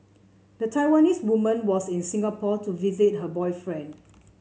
the Taiwanese woman was in Singapore to visit her boyfriend